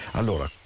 allora